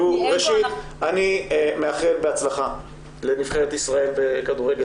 אני מאחל בהצלחה לנבחרת ישראל בכדורגל